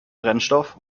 brennstoff